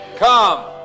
Come